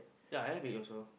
ya I have it also